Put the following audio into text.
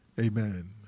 Amen